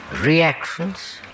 reactions